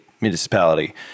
municipality